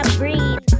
breathe